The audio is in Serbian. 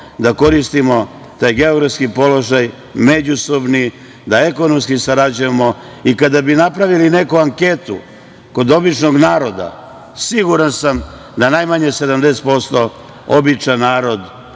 da koristimo taj geografski položaj, međusobni, da ekonomski sarađujemo i kada bi napravili neku anketu kod običnog naroda, siguran sam da bi najmanje 70% običan narod,